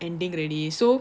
ending already so